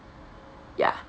ya